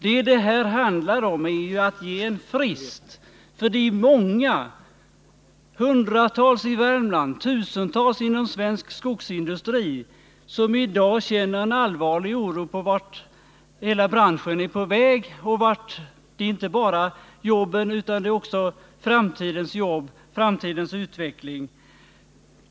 Vad det handlar om är att ge en frist för de många — hundratals i Värmland, tusentals inom svensk skogsindustri — som i dag känner allvarlig oro för vart hela branschen är på väg, oro för inte bara sina nuvarande jobb utan också för framtidens jobb och framtidens utveckling.